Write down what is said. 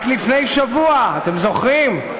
רק לפני שבוע, אתם זוכרים?